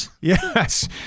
Yes